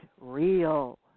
real